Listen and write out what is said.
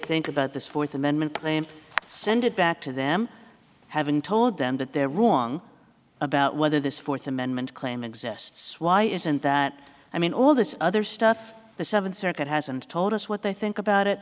think about this fourth amendment claim send it back to them having told them that they're wrong about whether this fourth amendment claim exists why isn't that i mean all this other stuff the seventh circuit hasn't told us what they think about it